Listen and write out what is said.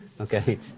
Okay